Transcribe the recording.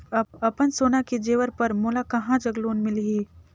अपन सोना के जेवर पर मोला कहां जग लोन मिलही?